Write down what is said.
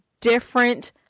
different